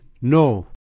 No